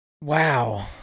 Wow